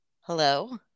Hello